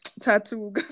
tattoo